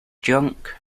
junk